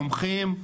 תומכים,